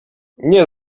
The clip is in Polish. nie